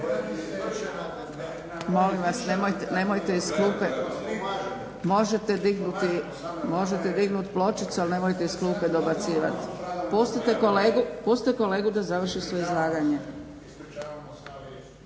Molim vas nemojte iz klupe! Možete dignuti pločicu, ali nemojte iz klupe dobacivat. Pustite kolegu da završi svoje izlaganje.